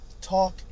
Talk